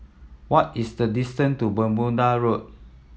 what is the distance to Bermuda Road